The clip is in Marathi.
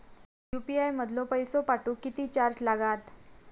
यू.पी.आय मधलो पैसो पाठवुक किती चार्ज लागात?